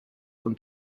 und